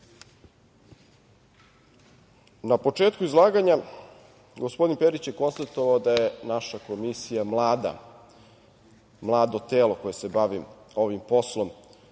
početku izlaganja, gospodin Perić je konstatovao da je naša Komisija mlada, mlado telo koje se bavi ovim poslom